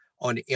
on